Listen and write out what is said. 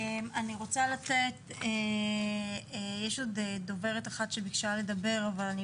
יש עוד דוברת אחת שביקשה לדבר אבל אני